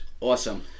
Awesome